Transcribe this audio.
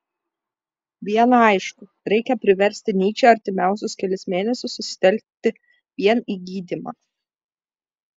viena aišku reikia priversti nyčę artimiausius kelis mėnesius susitelkti vien į gydymą